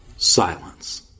Silence